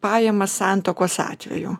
pajamas santuokos atveju